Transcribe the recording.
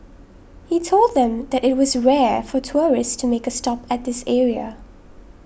he told them that it was rare for tourists to make a stop at this area